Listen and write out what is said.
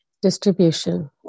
Distribution